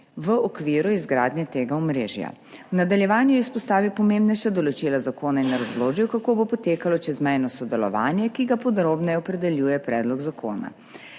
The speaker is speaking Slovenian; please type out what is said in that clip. v okviru izgradnje tega omrežja. V nadaljevanju je izpostavil pomembnejša določila zakona in razložil, kako bo potekalo čezmejno sodelovanje, ki ga podrobneje opredeljuje predlog zakona.